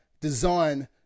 design